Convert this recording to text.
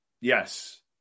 yes